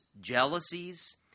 jealousies